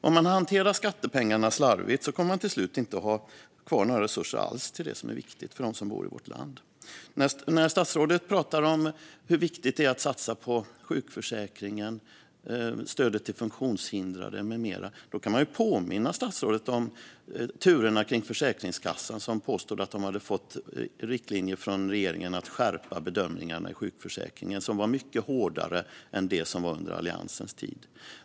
Om man hanterar skattepengarna slarvigt kommer man till slut inte att ha kvar några resurser alls till det som är viktigt för dem som bor i vårt land. Statsrådet pratar om hur viktigt det är att satsa på sjukförsäkringen, stödet till funktionshindrade med mera. Då kan jag påminna statsrådet om turerna kring Försäkringskassan, som påstod att de hade fått riktlinjer från regeringen att skärpa bedömningarna i sjukförsäkringen, vilka var mycket hårdare än de som var under Alliansens tid.